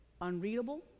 unreadable